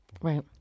Right